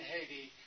Haiti